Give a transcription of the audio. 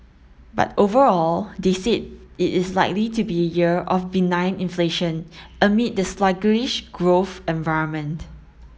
but overall they said it is likely to be a year of benign inflation amid the sluggish growth environment